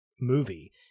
movie